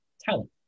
talent